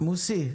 מוסי,